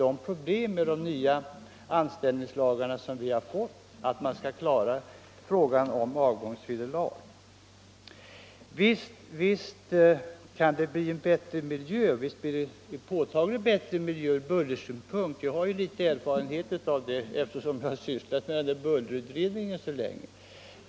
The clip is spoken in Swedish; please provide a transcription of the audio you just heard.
Enligt denya i anställningslagarna måste man betala avgångsvederlag om man tvingas — Ersättning vid lokal avskeda en anställd. trafikreglering Visst kan det bli en påtagligt bättre miljö ur bullersynpunkt. Jag har litet erfarenhet av det också, eftersom jag länge suttit i bullerutredningen.